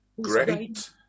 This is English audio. Great